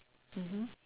mmhmm